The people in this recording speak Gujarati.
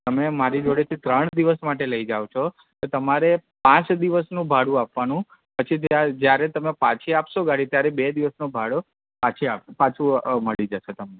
તમે મારી જોડેથી ત્રણ દિવસ માટે લઇ જાવ છો તો તમારે પાંચ દિવસનું ભાડું આપવાનું પછી જયાર જયારે તમે પાછી આપશો ગાડી ત્યારે બે દિવસનો ભાડો પાછી આપ પાછું મળી જશે તમને